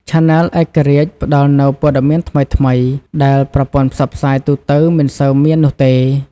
ឆានែលឯករាជ្យផ្តល់នូវព័ត៌មានថ្មីៗ ដែលប្រព័ន្ធផ្សព្វផ្សាយទូទៅមិនសូវមាននោះទេ។